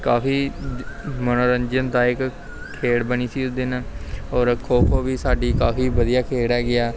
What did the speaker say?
ਕਾਫ਼ੀ ਮਨੋਰੰਜਨ ਦਾਇਕ ਖੇਡ ਬਣੀ ਸੀ ਉਸ ਦਿਨ ਔਰ ਖੋ ਖੋ ਵੀ ਸਾਡੀ ਕਾਫ਼ੀ ਵਧੀਆ ਖੇਡ ਹੈਗੀ ਹੈ